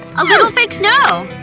a little fake snow!